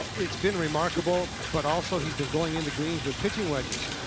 it's been remarkable, but also, he's been going into greens with pitching wedges.